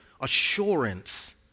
assurance